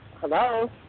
Hello